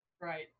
Right